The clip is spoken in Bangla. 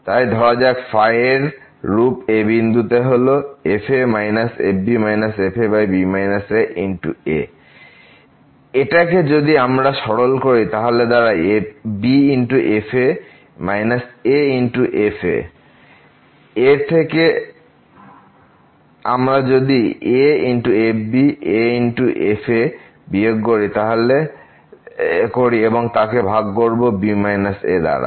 তাই ধরা যাক এর রূপ a বিন্দুতে হল fa fb f ab aa এটাকে যদি আমরা সরল করি তাহলে তা দাঁড়ায় b f a a f এবং তার থেকে আমরা যদি a f b a f বিয়োগ করি এবং তাকে ভাগ করব b a দাঁড়া